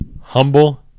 Humble